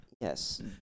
Yes